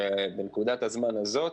בנקודת הזמן הזאת,